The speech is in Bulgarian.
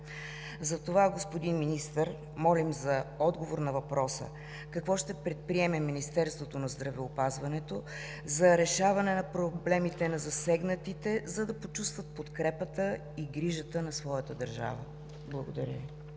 така. Господин Министър, молим за отговор на въпроса: какво ще предприеме Министерството на здравеопазването за решаване на проблемите на засегнатите, за да почувстват подкрепата и грижата на своята държава? Благодаря